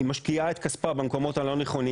היא משקיעה את כספה במקומות הלא נכונים